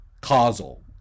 causal